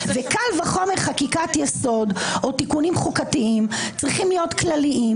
וקל וחומר חקיקת-יסוד או תיקונים חוקתיים צריכים להיות כלליים,